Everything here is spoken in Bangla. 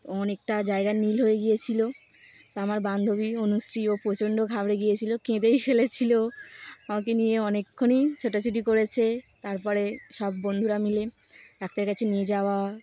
অনেকটা জায়গার নীল হয়ে গিয়েছিলো তা আমার বান্ধবী অনুশ্রী ও প্রচণ্ড ঘাবড়ে গিয়েছিলো কেঁদেই ফেলেছিলো আমাকে নিয়ে অনেকক্ষণি ছোটাছুটি করেছে তারপরে সব বন্ধুরা মিলে ডাক্তারের কাছে নিয়ে যাওয়া